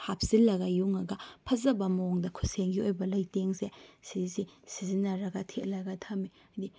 ꯍꯥꯞꯆꯤꯜꯂꯒ ꯌꯨꯡꯉꯒ ꯐꯖꯕ ꯃꯑꯣꯡꯗ ꯈꯨꯠꯁꯦꯝꯒꯤ ꯑꯣꯏꯕ ꯂꯩꯇꯦꯡꯖꯦ ꯁꯤꯁꯦ ꯁꯤꯖꯤꯅꯔꯒ ꯊꯦꯠꯂꯒ ꯊꯝꯃꯦ ꯍꯥꯏꯕꯗꯤ